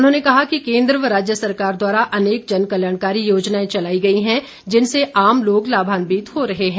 उन्होंने कहा कि केन्द्र व राज्य सरकार द्वारा अनेक जन कल्याणकारी योजनाएं चलाई गई हैं जिनसे आम लोग लामान्वित हो रहे हैं